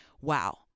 wow